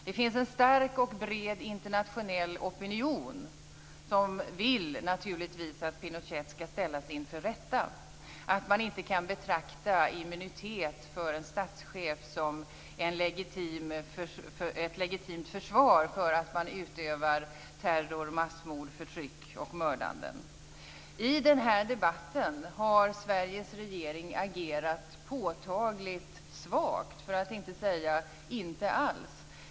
Det finns en stark och bred internationell opinion som naturligtvis vill att Pinochet skall ställas inför rätta och anser att man inte kan betrakta immunitet för en statschef som ett legitimt försvar för att man utövar terror, massmord, förtryck och mord. I den här debatten har Sveriges regering agerat påtagligt svagt, för att inte säga inte alls.